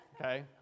Okay